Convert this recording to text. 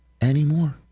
anymore